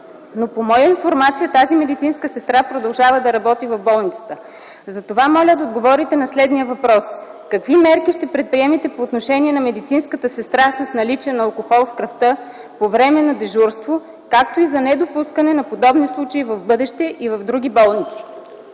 но по моя информация тази медицинска сестра продължава да работи в болницата. Затова Ви моля да отговорите на следния въпрос: какви мерки ще предприемете по отношение на медицинската сестра с наличие на алкохол в кръвта по време на дежурство, както и за недопускане на подобни случаи в бъдеще и в други болници?